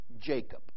Jacob